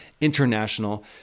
international